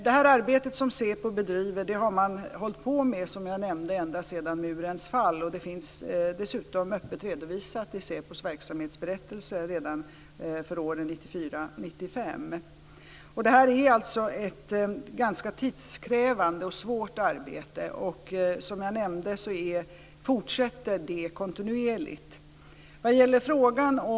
Det arbete som SÄPO bedriver har man, som jag nämnde, hållit på med ända sedan murens fall. Det finns dessutom öppet redovisat i SÄPO:s verksamhetsberättelser redan för åren 1994 och 1995. Det är alltså ett ganska tidskrävande och svårt arbete. Som jag nämnde fortsätter det kontinuerligt.